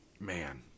Man